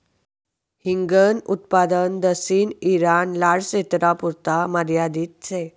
हिंगन उत्पादन दक्षिण ईरान, लारक्षेत्रपुरता मर्यादित शे